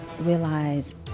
realize